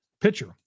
pitcher